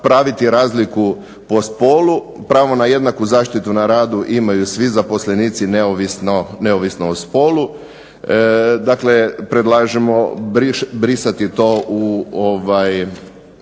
praviti razliku po spolu, pravo na jednaku zaštitu na radu imaju svi zaposlenici neovisno o spolu. Dakle, predlažemo brisati to